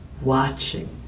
watching